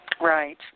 Right